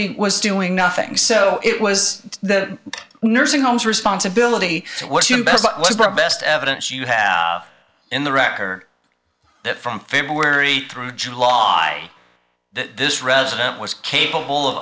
facility was doing nothing so it was the nursing home's responsibility what's your best evidence you have in the record that from february through july that this resident was capable of